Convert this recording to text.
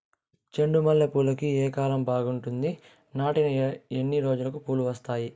చెండు మల్లె పూలుకి ఏ కాలం బావుంటుంది? నాటిన ఎన్ని రోజులకు పూలు వస్తాయి?